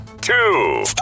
two